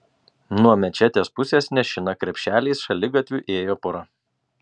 nuo mečetės pusės nešina krepšeliais šaligatviu ėjo pora